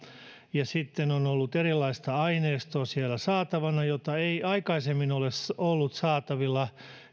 ja sitten siellä on ollut saatavana jo alle kaksitoista vuotiaille erilaista aineistoa jota ei aikaisemmin ole ollut saatavilla